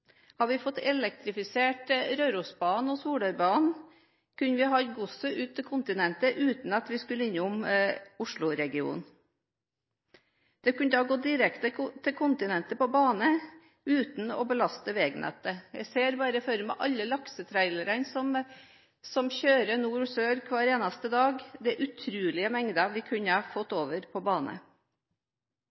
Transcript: vi fått elektrifisert Rørosbanen og Solørbanen, kunne vi tatt godset ut til kontinentet uten at det skulle innom Oslo-regionen. Det kunne gått direkte til kontinentet på bane uten å belaste veinettet. Jeg ser bare for meg alle laksetrailerne som kjører nord–sør hver eneste dag. Det er utrolige mengder vi kunne fått over på bane.